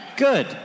Good